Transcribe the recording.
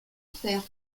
offert